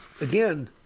again